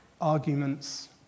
arguments